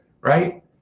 right